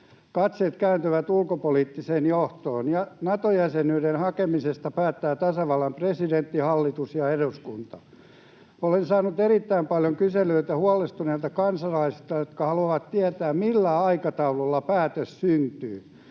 Katseet kääntyvät ulkopoliittiseen johtoon, ja Nato-jäsenyyden hakemisesta päättävät tasavallan presidentti, hallitus ja eduskunta. Olen saanut erittäin paljon kyselyitä huolestuneilta kansalaisilta, jotka haluavat tietää, millä aikataululla päätös syntyy: